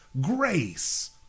Grace